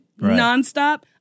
nonstop